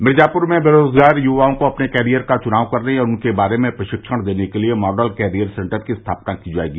मिर्जापुर में बेरोजगार युवओं को अपने कैरियर का चुनाव करने और उसके बारे में प्रशिक्षण देने के लिए मॉडल कैरियर सेंटर की स्थापना की जायेगी